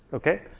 okay?